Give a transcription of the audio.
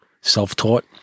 self-taught